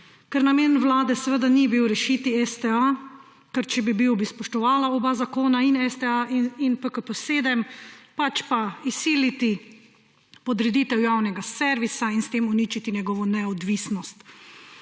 Ker namen Vlade seveda ni bil rešiti STA, ker če bi bil bi spoštovala oba zakona in STA in PKP 7 pač pa izsiliti podreditev javnega servisa in s tem uničiti njegovo neodvisnost.